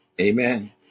Amen